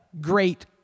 great